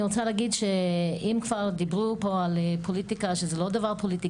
אני רוצה להגיד שאם כבר דיברו פה על פוליטיקה שזה לא דבר פוליטי,